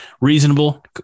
reasonable